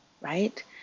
right